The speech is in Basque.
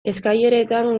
eskaileretan